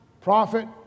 profit